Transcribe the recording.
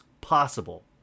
possible